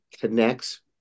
connects